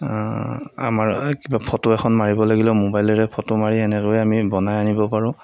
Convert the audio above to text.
আমাৰ কিবা ফ'টো এখন মাৰিব লাগিলেও মোবাইলেৰে ফ'টো মাৰি এনেকৈ আমি বনাই আনিব পাৰোঁ